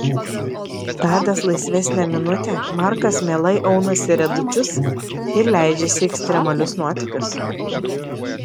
radęs laisvesnę minutę markas mielai aunasi riedučius ir leidžiasi į ekstremalius nuotykius